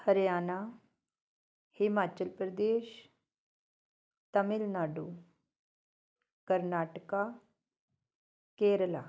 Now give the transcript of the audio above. Haryana Himachal Pradesh Tamil Nadu Karnataka Kerala